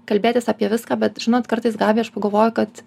kalbėtis apie viską bet žinot kartais gabija aš pagalvoju kad